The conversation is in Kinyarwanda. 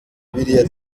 biriya